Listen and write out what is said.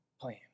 plan